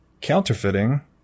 Counterfeiting